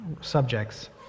subjects